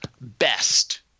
best